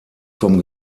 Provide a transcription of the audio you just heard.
vom